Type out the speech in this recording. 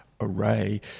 array